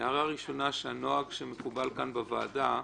הערה ראשונה, הנוהג שמקובל כאן בוועדה,